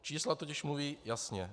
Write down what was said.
Čísla totiž mluví jasně.